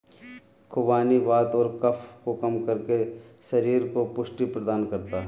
खुबानी वात और कफ को कम करके शरीर को पुष्टि प्रदान करता है